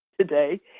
today